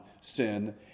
sin